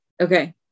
Okay